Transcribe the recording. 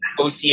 OCA